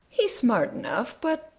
he's smart enough, but.